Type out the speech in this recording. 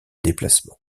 déplacements